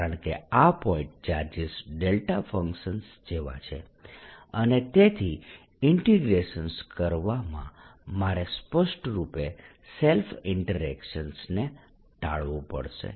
કારણકે આ point charges delta functions જેવા છે અને તેથી ઇન્ટીગ્રેશન કરવામાં મારે સ્પષ્ટરૂપે સેલ્ફ ઈન્ટરેક્શન ને ટાળવું પડશે